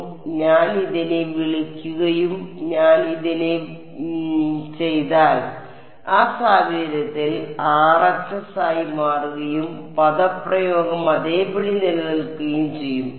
അതിനാൽ ഞാൻ ഇതിനെ വിളിക്കുകയും ഞാൻ ഇതിനെ വിളിക്കുകയും ചെയ്താൽ ആ സാഹചര്യത്തിൽ RHS ആയി മാറുകയും പദപ്രയോഗം അതേപടി നിലനിൽക്കുകയും ചെയ്യും